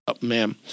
ma'am